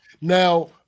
Now